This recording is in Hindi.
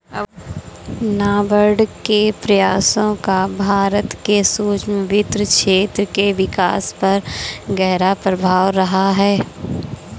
नाबार्ड के प्रयासों का भारत के सूक्ष्म वित्त क्षेत्र के विकास पर गहरा प्रभाव रहा है